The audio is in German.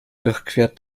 durchquert